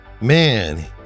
Man